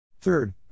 Third